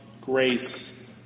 grace